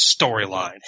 storyline